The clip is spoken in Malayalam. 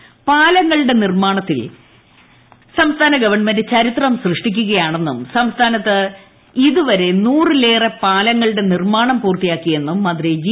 സുധാകരൻ പാലങ്ങളുടെ നിർമ്മാണത്തിൽ കേരള ഗവൺമെന്റ് ചരിത്രം സൃഷ്ടിക്കുകയാണെന്നും ് സംസ്ഥാനത്ത് ഇതുവരെ നൂറിലേറെ പാലങ്ങളുടെ നിർമ്മാണം പൂർത്തിയാക്കിയെന്നും മന്ത്രി ജി